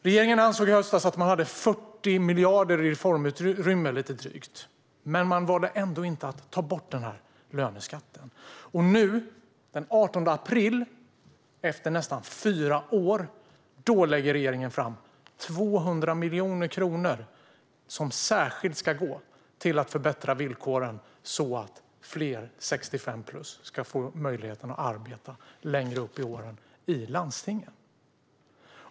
Regeringen ansåg i höstas att den hade lite drygt 40 miljarder i reformutrymme. Den valde ändå inte att ta bort löneskatten. Nu, den 18 april, efter nästan fyra år, lägger regeringen fram förslag om 200 miljoner kronor som särskilt ska gå till att förbättra villkoren så att fler 65-plus ska få möjligheten att arbeta längre upp i åren i landstingen.